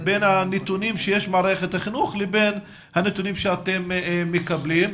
בין הנתונים שיש במערכת החינוך לבין הנתונים שאתם מקבלים,